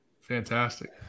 Fantastic